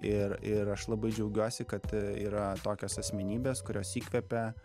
ir ir aš labai džiaugiuosi kad yra tokios asmenybės kurios įkvepia